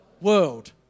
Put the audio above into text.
world